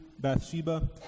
Bathsheba